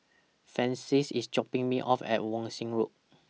Francis IS dropping Me off At Wan Shih Road